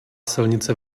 silnice